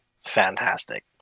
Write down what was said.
Fantastic